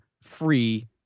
free